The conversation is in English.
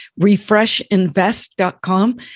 refreshinvest.com